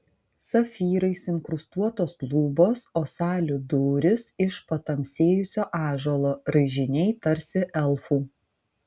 safyrais inkrustuotos lubos o salių durys iš patamsėjusio ąžuolo raižiniai tarsi elfų